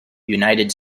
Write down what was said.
united